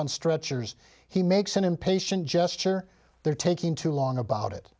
on stretchers he makes an impatient gesture they're taking too long about it